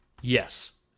yes